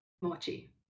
Mochi